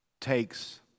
takes